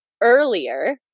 earlier